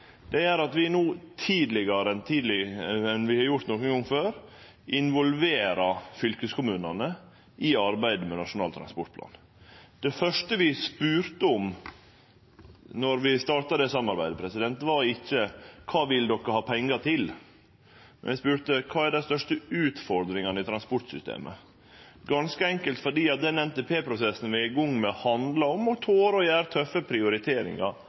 Det gjer at vi no tidlegare enn vi har gjort nokon gong før, involverer fylkeskommunane i arbeidet med Nasjonal transportplan. Det første vi spurde om då vi starta det samarbeidet, var ikkje: Kva vil de ha pengar til? Vi spurde om kva dei største utfordringane i transportsystemet er, ganske enkelt fordi den NTP-prosessen vi er i gang med, handlar om å tore å gjere tøffe prioriteringar,